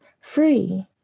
free